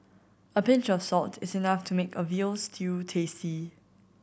a pinch of salt is enough to make a veal stew tasty